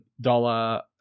dollar